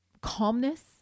calmness